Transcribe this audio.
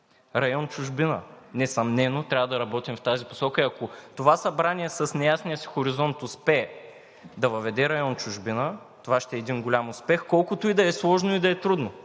Район „чужбина“ – несъмнено трябва да работим в тази посока и ако това Събрание с неясния си хоризонт успее да въведе район „чужбина“, това ще е един голям успех, колкото и да е сложно и да е трудно,